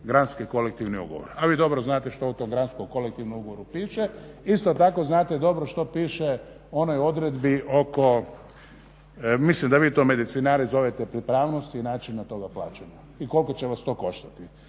granski kolektivni ugovor. A vi dobro znate što u tom granskom kolektivnom ugovoru piše. Isto tako znate dobro što piše u onoj odredbi oko, mislim da vi to medicinari zovete pripravnost i način toga plaćanja i koliko će vas to koštati.